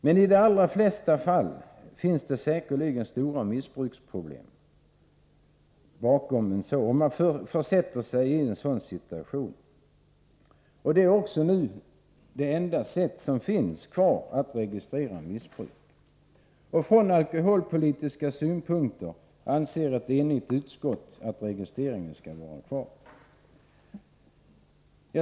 Men i de allra flesta fallen finns det säkerligen stora missbruksproblem bakom, om man försätter sig i en sådan situation. Det är också det enda sätt som finns kvar att registrera missbruk. Från alkoholpolitiska utgångspunkter anser ett enigt utskott att registreringen skall vara kvar.